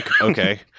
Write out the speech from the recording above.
okay